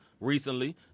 recently